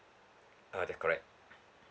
uh that's correct